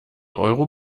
euro